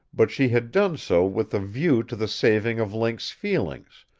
but she had done so with a view to the saving of link's feelings,